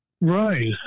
Right